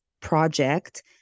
project